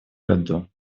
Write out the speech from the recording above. году